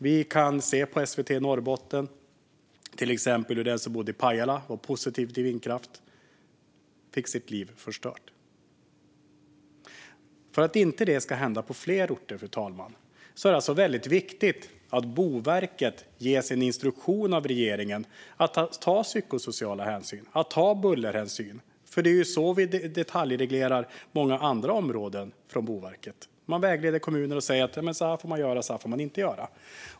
Vi kan se på SVT från Norrbotten till exempel hur de som bor i Pajala var positiva till vindkraft och fick sina liv förstörda. För att detta inte ska hända på fler orter, fru talman, är det väldigt viktigt att Boverket ges en instruktion av regeringen om att man ska ta psykosociala hänsyn och bullerhänsyn. Det är så vi detaljreglerar många andra områden från Boverket. De vägleder kommuner och säger: Så här får man göra. Så här får man inte göra.